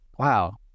Wow